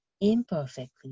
imperfectly